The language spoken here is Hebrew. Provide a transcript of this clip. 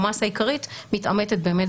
המסה העיקרית מתאמתת באמת